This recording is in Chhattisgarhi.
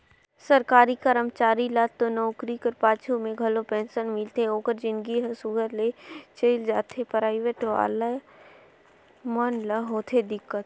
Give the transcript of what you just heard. सरकारी करमचारी ल तो नउकरी कर पाछू में घलो पेंसन मिलथे ओकर जिनगी हर सुग्घर ले चइल जाथे पराइबेट वाले मन ल होथे दिक्कत